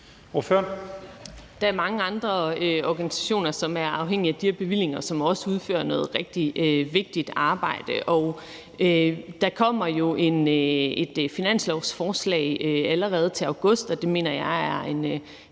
Der er mange andre organisationer, som er afhængige af de her bevillinger, og som også udfører noget rigtig vigtigt arbejde. Og der kommer jo et finanslovsforslag allerede til august, og det mener jeg er en